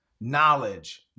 knowledge